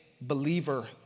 believer